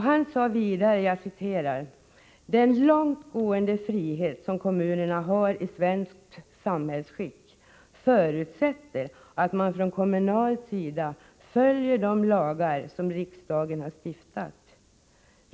Han sade vidare: ”Den långtgående frihet som kommunerna har i svenskt samhällsskick förutsätter att man från kommunal sida följer de lagar som riksdagen har stiftat.